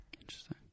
Interesting